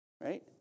right